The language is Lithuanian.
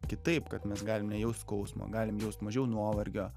kitaip kad mes galim nejaust skausmo galim jaust mažiau nuovargio